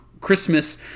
Christmas